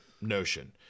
notion